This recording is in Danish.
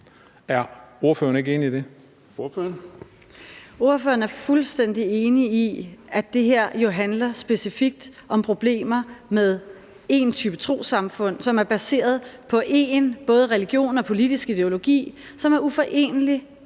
14:35 Pernille Vermund (NB): Ordføreren er fuldstændig enig i, at det her jo handler specifikt om problemer med én type trossamfund, som er baseret på én både religiøs og politisk ideologi, som er uforenelig